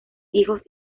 hijos